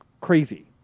crazy